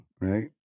right